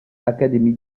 académie